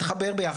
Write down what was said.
תחבר ביחד.